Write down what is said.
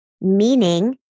meaning